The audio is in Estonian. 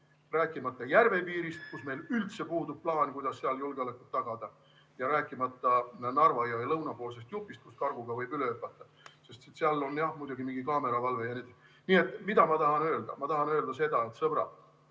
Rääkimata järvepiirist, kus meil üldse puudub plaan, kuidas seal julgeolekut tagada, ja rääkimata Narva jõe lõunapoolsest jupist, kust karguga võib üle hüpata. Seal on jah muidugi mingi kaameravalve. Mida ma tahan öelda? Ma tahan öelda seda, sõbrad,